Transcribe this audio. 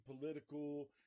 political